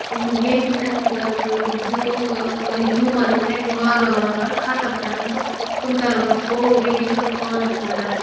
یٔمۍ کِنیٚتھ زٕ تِم ہیومَنَن اَکہِ وار وار وار وار ختم کَرَن زٕ تِم کَرَن پَتہِ سورُے یہِ پانَس اَنڈَر